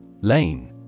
Lane